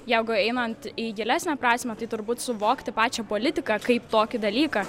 jeigu einant į gilesnę prasmę tai turbūt suvokti pačią politiką kaip tokį dalyką